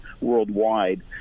worldwide